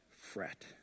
fret